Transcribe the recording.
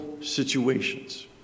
situations